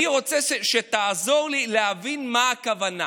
אני רוצה שתעזור לי להבין מה הכוונה,